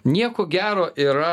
nieko gero yra